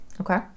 Okay